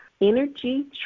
Energy